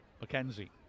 Mackenzie